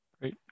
Great